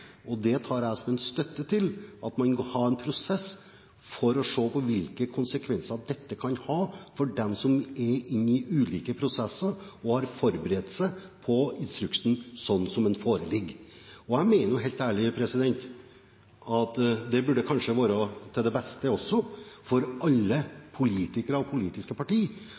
og det tar jeg som en støtte for at man vil ha en prosess for å se på hvilke konsekvenser dette kan ha for dem som er inne i ulike prosesser og har forberedt seg ut fra instruksen sånn den foreligger. Jeg mener helt ærlig at det kanskje også burde være til det beste for alle politikere og politiske